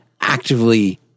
actively